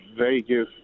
Vegas